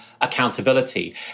accountability